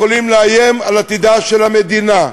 שיכולים לאיים על עתידה של המדינה.